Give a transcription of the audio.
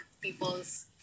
people's